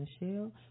michelle